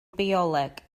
bioleg